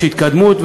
יש התקדמות,